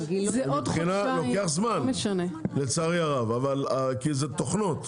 זה לוקח זמן, לצערי הרב, כי זה תוכנות.